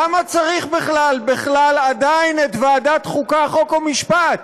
למה צריך בכלל עדיין את ועדת החוקה, חוק ומשפט